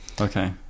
Okay